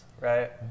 right